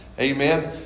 Amen